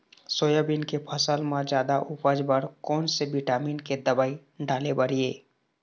Soybean के फसल म जादा उपज बर कोन से विटामिन के दवई डाले बर ये?